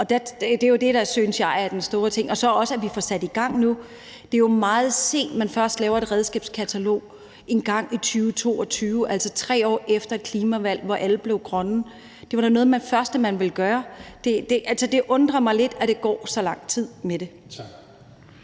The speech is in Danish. Og det er det, som jeg synes er den store ting – og så også, at vi nu får sat det i gang. Det er jo meget sent, at man først laver et redskabskatalog engang i 2022, altså 3 år efter et klimavalg, hvor alle blev grønne. Det var da noget af det første, man ville gøre. Altså, det undrer mig lidt, at der går så lang tid med det.